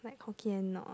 like Hokkien or